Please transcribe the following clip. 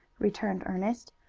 returned ernest.